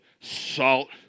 salt